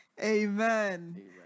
amen